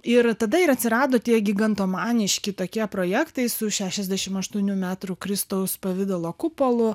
ir tada ir atsirado tie gigantomaniški tokie projektai su šešiasdešimt aštuonių metrų kristaus pavidalo kupolu